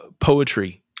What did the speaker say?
poetry